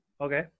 Okay